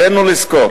עלינו לזכור